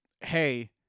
hey